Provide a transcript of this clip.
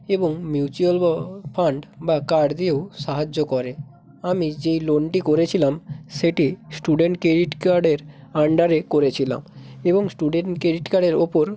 এবং মিউচুয়াল বা ফান্ড বা কার্ড দিয়েও সাহায্য করে আমি যেই লোনটি করেছিলাম সেটি স্টুডেন্ট ক্রেডিট কার্ডের আন্ডারে করেছিলাম এবং স্টুডেন্ট ক্রেডিট কার্ডের ওপর